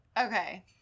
Okay